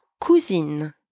cousine